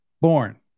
Born